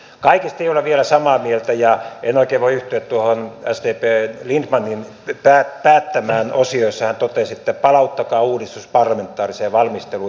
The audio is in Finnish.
kaikesta ei olla vielä samaa mieltä enkä oikein voi yhtyä tuohon sdpn lindtmanin päättämään osioon jossa hän totesi että palauttakaa uudistus parlamentaariseen valmisteluun